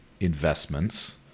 Investments